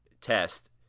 test